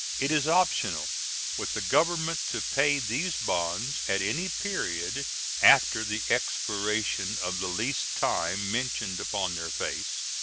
it is optional with the government to pay these bonds at any period after the expiration of the least time mentioned upon their face.